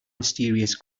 mysterious